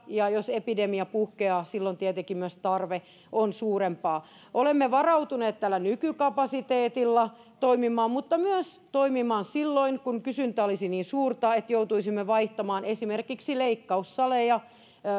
ja jos epidemia puhkeaa niin silloin tietenkin myös tarve on suurempaa olemme varautuneet tällä nykykapasiteetilla toimimaan mutta myös toimimaan silloin kun kysyntä olisi niin suurta että joutuisimme vaihtamaan esimerkiksi leikkaussaleja